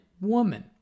woman